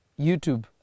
YouTube